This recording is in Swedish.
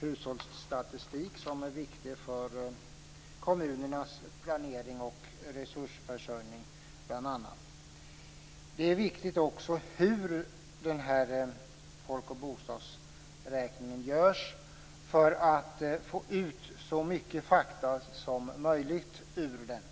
hushållsstatistik som är viktig för bl.a. kommunernas planering och resursförsörjning. Det är också viktigt hur folk och bostadsräkningen görs för att få ut så mycket fakta som möjligt ur den.